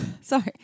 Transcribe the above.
Sorry